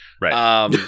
Right